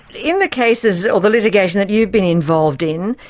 in the cases or the litigation that you've been involved in,